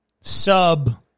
sub